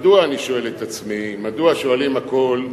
מדוע, אני שואל את עצמי, מדוע, שואלים הכול,